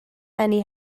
hynny